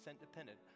dependent